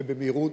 ובמהירות.